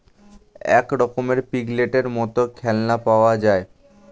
এক রকমের পিগলেটের মত খেলনা পাওয়া যায়